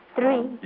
Three